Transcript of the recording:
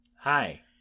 Hi